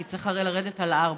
כי צריך לרדת על ארבע,